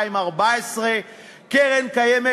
הסקר שהזכרת,